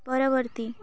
ପରବର୍ତ୍ତୀ